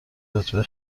رتبه